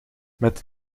met